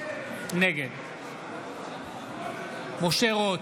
נגד משה רוט,